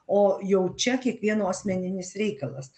o jau čia kiekvieno asmeninis reikalas